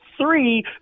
Three